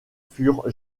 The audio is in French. furent